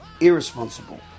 irresponsible